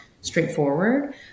straightforward